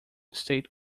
state